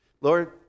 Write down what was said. Lord